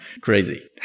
Crazy